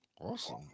Awesome